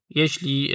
jeśli